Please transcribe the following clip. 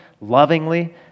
lovingly